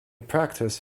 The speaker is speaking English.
practice